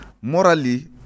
Morally